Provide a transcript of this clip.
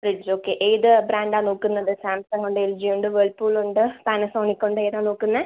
fridge okay ഏത് ബ്രാൻഡാണ് നോക്കുന്നത് സാംസംഗ് ഉണ്ട് എൽ ജി ഉണ്ട് വേൾപൂൾ ഉണ്ട് പാനസോണിക് ഉണ്ട് ഏതാണ് നോക്കുന്നത്